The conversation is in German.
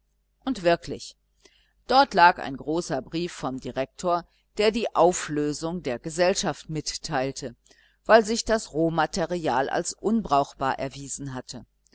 und wirklich dort lag ein großer brief vom direktor der die auflösung der gesellschaft mitteilte weil sich das rohmaterial als unbrauchbar erwiesen hatte